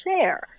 share